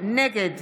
נגד